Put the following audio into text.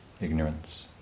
ignorance